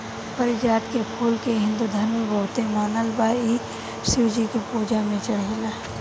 पारिजात के फूल के हिंदू धर्म में बहुते मानल बा इ शिव जी के पूजा में चढ़ेला